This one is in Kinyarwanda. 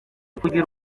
kugira